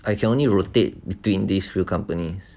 I can only rotate between these few companies